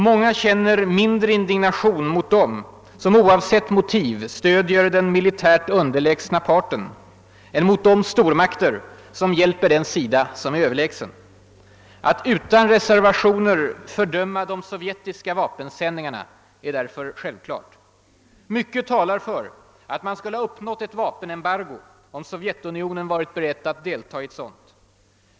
Många känner mindre indignation mot dem som, oavsett motiv, stöder den militärt underlägsna parten än mot de stormakter som hjälper den sida som är överlägsen. Att utan reservationer fördöma de sovjetiska vapensändningarna är därför självklart. Mycket talar för att man skulle ha uppnått ett vapenembargo, om «Sovjetunionen varit beredd att delta i ett sådant.